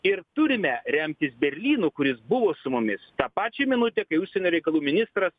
ir turime remtis berlynu kuris buvo su mumis tą pačią minutę kai užsienio reikalų ministras